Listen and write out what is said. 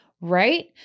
right